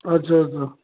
ଆଚ୍ଛା ଆଚ୍ଛା